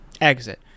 exit